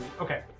Okay